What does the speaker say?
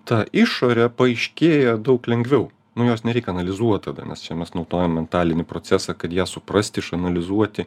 ta išorė paaiškėja daug lengviau nu jos nereik analizuot tada nes čia mes naudojam mentalinį procesą kad ją suprasti išanalizuoti